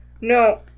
No